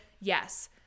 Yes